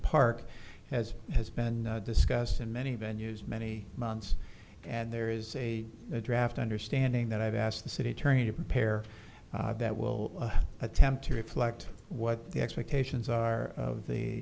park as has been discussed in many venues many months and there is a draft understanding that i've asked the city attorney to prepare that will attempt to reflect what the expectations are of the